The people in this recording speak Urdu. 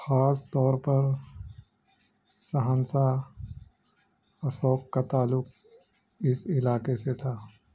خاص طور پر سہنسہ اسوق کا تعلق اس علاقے سے تھا